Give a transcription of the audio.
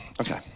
okay